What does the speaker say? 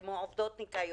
כמו עובדות ניקיון,